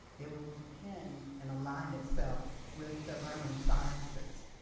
it will depend and aligned itself with the learning sciences.